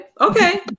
Okay